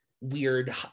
weird